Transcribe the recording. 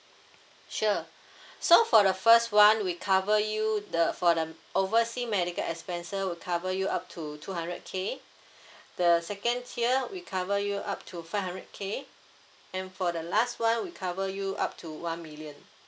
sure so for the first [one] we cover you the for the oversea medical expenses we cover you up to two hundred K the second tier we cover you up to five hundred K and for the last [one] we cover you up to one million